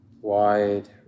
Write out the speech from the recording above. wide